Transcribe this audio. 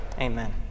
Amen